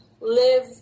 live